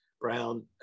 Brown